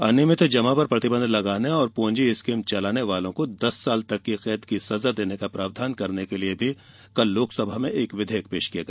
अनियमित जमा पर प्रतिबंध लगाने और पोंजी स्कीम चलाने वालों को दस साल तक की कैद की सजा देने का प्रावधान करने के लिए कल लोकसभा में एक विधेयक पेश किया गया